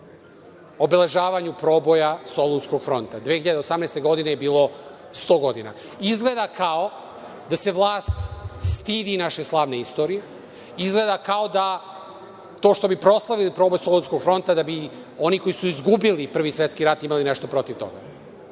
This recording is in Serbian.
obeležavanje proboja Solunskog fronta, a 2018. godine je bilo sto godina. Izgleda kao da se vlast stidi naše slavne istorije, izgleda kao da to što bi proslavili proboj Solunskog fronta, da bi oni koji su izgubili Prvi svetski rat imali nešto protiv toga. Ja